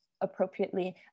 appropriately